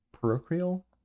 parochial